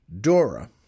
Dora